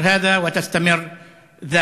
להקפיד על דברים מסוימים.